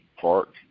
Park